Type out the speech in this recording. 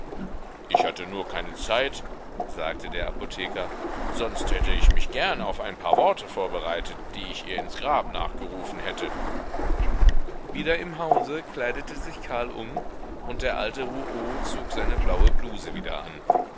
ich hatte nur keine zeit sagte der apotheker sonst hätte ich mich gern auf ein paar worte vorbereitet die ich ihr ins grab nachgerufen hätte wieder im hause kleidete sich karl um und der alte rouault zog seine blaue bluse wieder an